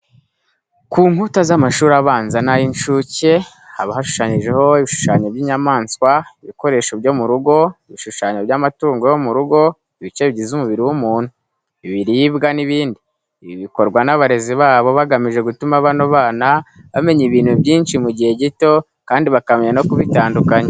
Ku nkuta z'amashuri abanza n'ay'incuke haba hashushanyijeho ibishushanyo by'inyamaswa, ibikoresho byo mu rugo, ibishushanyo by'amatungo yo mu rugo, ibice bigize umubiri w'umuntu, ibiribwa n'ibindi. Ibi bikorwa n'abarezi babo bagamije gutuma bano bana bamenya ibintu byinshi mu gihe gito kandi bakamenya no kubitandukanya.